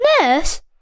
Nurse